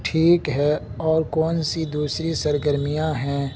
ٹھیک ہے اور کون سی دوسری سرگرمیاں ہیں